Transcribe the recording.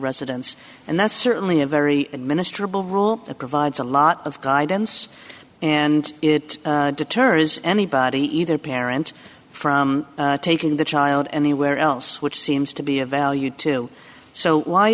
residence and that's certainly a very minister bill rule that provides a lot of guidance and it deters anybody either parent from taking the child anywhere else which seems to be of value to so why